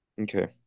Okay